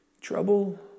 trouble